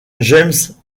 james